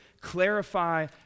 clarify